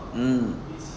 mm